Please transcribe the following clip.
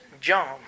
John